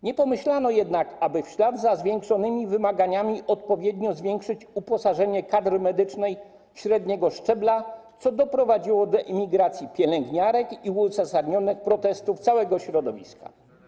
Nie pomyślano jednak, aby w ślad za zwiększonymi wymaganiami odpowiednio zwiększyć uposażenie kadry medycznej średniego szczebla, co doprowadziło do emigracji pielęgniarek i uzasadnionych protestów całego środowiska.